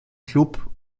klub